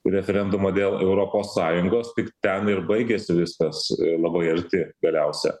referendumą dėl europos sąjungos tik ten ir baigėsi viskas labai arti galiausia